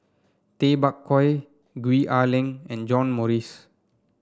Tay Bak Koi Gwee Ah Leng and John Morrice